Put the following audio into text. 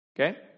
Okay